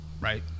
Right